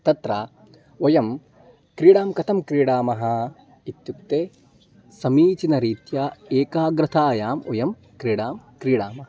तत्र वयं क्रीडां कथं क्रीडामः इत्युक्ते समीचीनरीत्या एकाग्रतायां वयं क्रीडां क्रीडामः